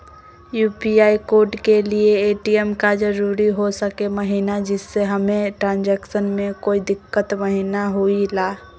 UPI code के लिए ATM का जरूरी हो सके महिना जिससे हमें ट्रांजैक्शन में कोई दिक्कत महिना हुई ला?